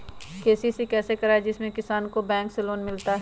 KCC कैसे कराये जिसमे किसान को बैंक से लोन मिलता है?